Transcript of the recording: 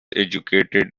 educated